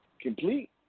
complete